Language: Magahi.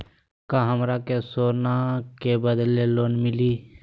का हमरा के सोना के बदले लोन मिलि?